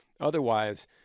Otherwise